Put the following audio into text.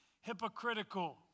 hypocritical